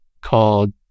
called